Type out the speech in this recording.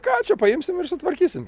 ką čia paimsim ir sutvarkysim